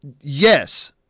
Yes